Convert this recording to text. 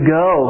go